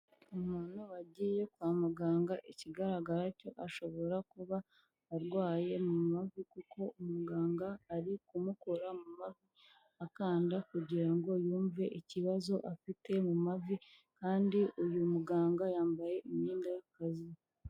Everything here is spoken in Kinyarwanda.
Umuntu wagiye kwa muganga ikigaragara cyo ashobora kuba, arwaye mu mavi kuko umuganga ari kumukora mu mavi, akanda kugira ngo yumve ikibazo afite mu mavi, kandi uyu muganga yambaye imyenda y'akazi.